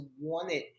wanted